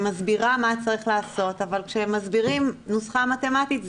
היא מסבירה מה צריך לעשות אבל כשמסבירים נוסחה מתמטית,